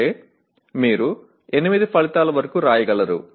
అంటే మీరు 8 ఫలితాల వరకు వ్రాయగలరు